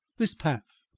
this path,